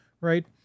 right